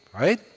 right